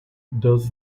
does